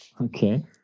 Okay